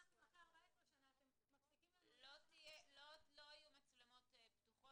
אחרי 14 שנה אתם מפסיקים לנו את ה --- לא יהיו פה מצלמות פתוחות,